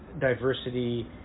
diversity